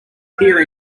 pier